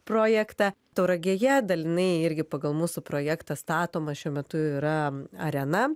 projektą tauragėje dalinai irgi pagal mūsų projektą statoma šiuo metu yra arena